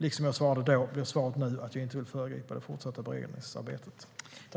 Liksom jag svarade då blir svaret nu att jag inte vill föregripa det fortsatta beredningsarbetet.